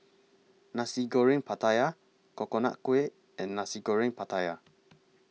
Nasi Goreng Pattaya Coconut Kuih and Nasi Goreng Pattaya